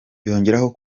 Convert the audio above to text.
yongeraho